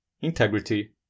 integrity